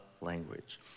language